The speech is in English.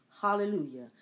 Hallelujah